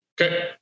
Okay